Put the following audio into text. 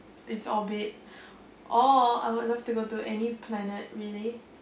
its orbit or I would love to go to any planet really